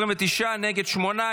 29, נגד, שמונה.